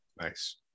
Nice